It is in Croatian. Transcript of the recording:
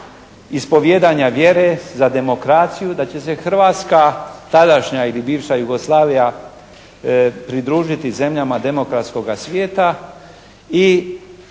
ispovijedanja vjere, za demokraciju da će se Hrvatska tadašnja ili bivša Jugoslavija pridružiti zemljama demokratskoga svijeta i